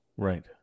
Right